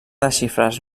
desxifrar